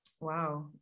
Wow